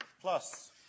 plus